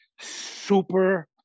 super